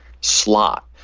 slot